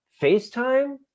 FaceTime